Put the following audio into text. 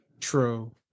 True